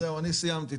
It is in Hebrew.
אז זהו, אני סיימתי.